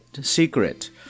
secret